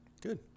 Good